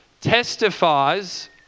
testifies